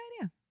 idea